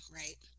right